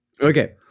Okay